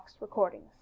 recordings